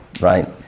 right